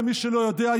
למי שלא יודע,